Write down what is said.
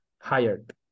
hired